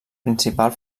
principal